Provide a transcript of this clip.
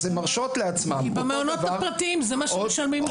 אז הן מרשות לעצמן --- כי במעונות הפרטיים זה מה שמשלמים.